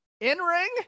in-ring